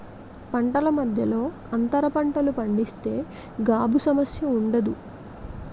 పంటల మధ్యలో అంతర పంటలు పండిస్తే గాబు సమస్య ఉండదు